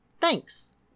Thanks